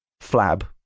flab